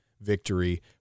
victory